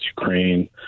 Ukraine